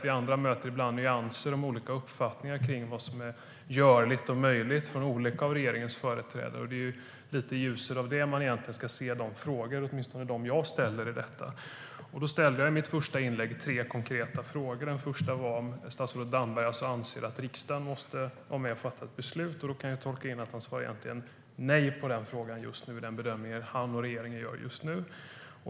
Vi andra möter dock ibland nyanser i uppfattningen hos olika regeringsföreträdare om vad som är görligt och möjligt. Det är ljuset av det man ska se mina frågor. I mitt första inlägg ställde jag tre konkreta frågor. Den första var om statsrådet Damberg anser att riksdagen måste vara med och fatta ett beslut. Jag tolkar svaret som ett nej enligt den bedömningen han och regeringen gör just nu.